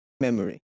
memory